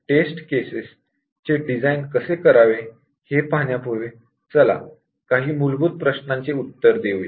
taste case design कसे करावे हे पाहण्यापूर्वी चला काही मूलभूत प्रश्नाचे उत्तर देऊया